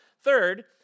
Third